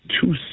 two